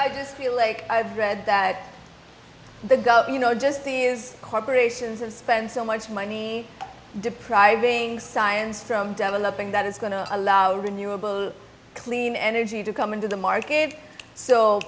i just feel like i've read the go you know just see is corporations have spent so much money depriving science from developing that it's going to allow renewable clean energy to come into the market so